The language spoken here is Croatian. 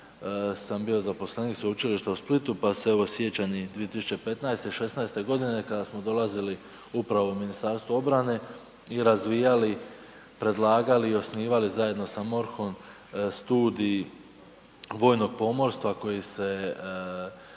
sam bio zaposlenik Sveučilišta u Splitu pa se evo sjećam i 2015. i 2016. g. kada smo dolazili upravo u Ministarstvo obrane i razvijali, predlagali i osnivali zajedno sa MORH-om studij vojnog pomorstva koje se